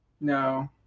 no